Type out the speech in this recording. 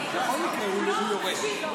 --- חבריי חברי הכנסת -- 777, להירגע.